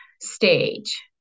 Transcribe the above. stage